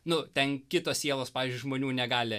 nu ten kitos sielos pavyzdžiui žmonių negali